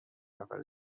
نفر